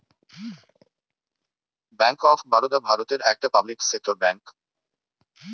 bank of Baroda ভারতের একটা public sector bank